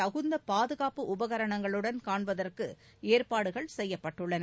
தகுந்த பாதுகாப்பு உபகரணங்களுடன் காண்பதற்கு ஏற்பாடுகள் செய்யப்பட்டுள்ளன